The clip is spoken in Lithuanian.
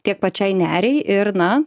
tiek pačiai neriai ir na